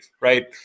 Right